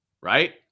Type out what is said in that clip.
Right